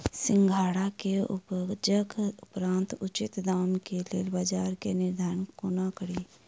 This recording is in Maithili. सिंघाड़ा केँ उपजक उपरांत उचित दाम केँ लेल बजार केँ निर्धारण कोना कड़ी?